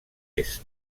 est